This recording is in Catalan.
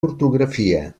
ortografia